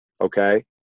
Okay